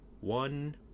one